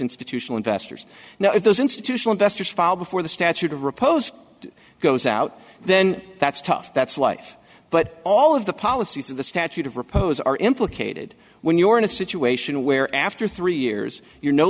institutional investors now if those institutional investors fall before the statute of repose goes out then that's tough that's life but all of the policies of the statute of repose are implicated when you are in a situation where after three years you're no